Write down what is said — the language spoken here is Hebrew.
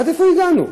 עד איפה הגענו?